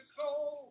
soul